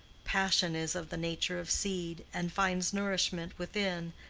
passion is of the nature of seed, and finds nourishment within,